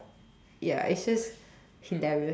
ya it's just so diverse